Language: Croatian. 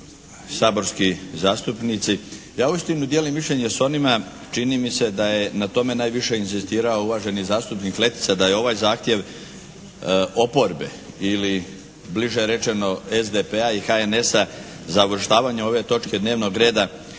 Vladi, saborski zastupnici. Ja uistinu dijelim mišljenje s onima čini mi se da je na tome najviše inzistirao uvaženi zastupnik Letica da je ovaj zahtjev oporbe ili bliže rečeno SDP-a i HNS-a za uvrštavanje ove točke dnevnog reda